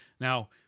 Now